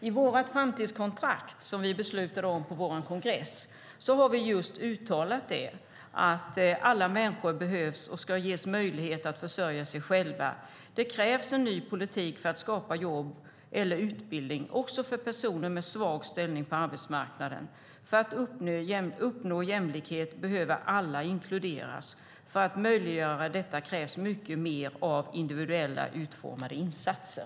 I vårt framtidskontrakt som vi beslutade om på vår kongress har vi just uttalat det: "Alla människor behövs och ska ges möjlighet att försörja sig själva. Det krävs en ny politik för att skapa jobb eller utbildning också för personer med svag ställning på arbetsmarknaden. För att uppnå jämlikhet behöver alla inkluderas. För att möjliggöra detta krävs mycket mer av individuellt utformade insatser."